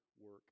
work